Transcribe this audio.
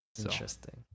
Interesting